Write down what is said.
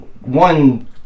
one